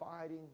fighting